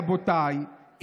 רבותיי,